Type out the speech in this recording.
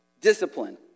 discipline